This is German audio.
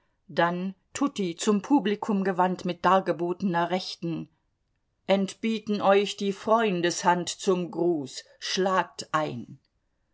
dann tutti zum publikum gewandt mit dargebotener rechten entbieten euch die freundeshand zum gruß schlagt ein